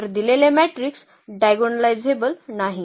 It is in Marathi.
तर दिलेले मॅट्रिक्स डायगोनलायझेबल नाही